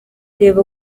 reba